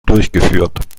durchgeführt